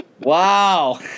Wow